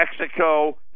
Mexico